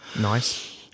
Nice